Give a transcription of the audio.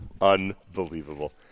Unbelievable